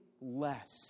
less